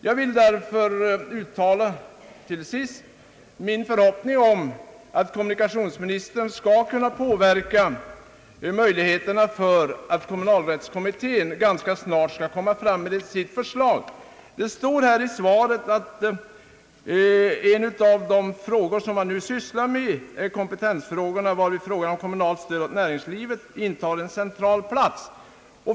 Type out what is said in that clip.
Jag vill därför till sist uttala min förhoppning om att kommunikationsministern skall kunna påverka kommunalrättskommittén så att den ganska snart kommer fram med sitt förslag. Det står i svaret att av de frågor som kommittén nu sysslar med är återstående kompetensfrågor, »varvid frågan om kommunalt stöd åt näringslivet i övrigt intar en central plats».